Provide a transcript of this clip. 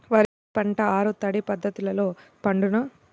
వరి పంట ఆరు తడి పద్ధతిలో పండునా?